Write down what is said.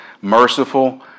merciful